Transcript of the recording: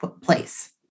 place